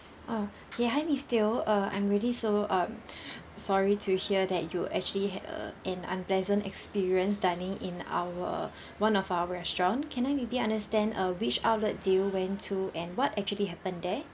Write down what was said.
oh okay hi miss teoh uh I'm really so um sorry to hear that you actually had a an unpleasant experience dining in our one of our restaurant can I maybe understand uh which outlet do you went to and what actually happen there